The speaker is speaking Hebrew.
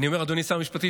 אדוני שר המשפטים,